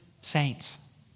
saints